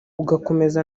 ugakomeza